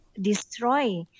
destroy